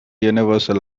universal